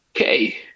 okay